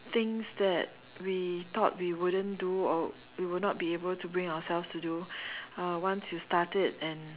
things that we thought we wouldn't do or we would not be able to bring ourselves to do uh once you start it and